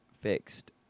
fixed